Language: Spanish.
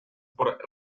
por